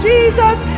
Jesus